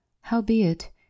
Howbeit